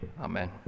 Amen